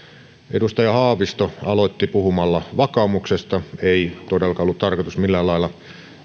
edustaja haavisto aloitti puhumalla vakaumuksesta ei todellakaan ollut tarkoitus millään lailla